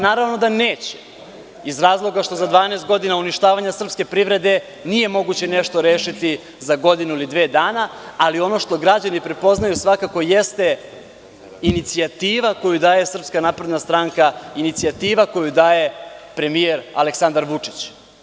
Naravno da neće iz razloga što za 12 godina uništavanja srpske privrede nije moguće nešto rešiti za godinu ili dve dana, ali ono što građani prepoznaju svakako jeste inicijativa koju daje SNS, inicijativa koju daje premijer Aleksandar Vučić.